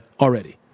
Already